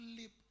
lip